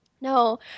No